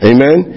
Amen